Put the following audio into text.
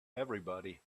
everybody